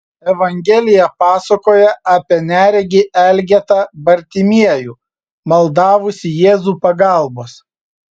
evangelija pasakoja apie neregį elgetą bartimiejų maldavusį jėzų pagalbos